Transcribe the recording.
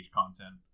content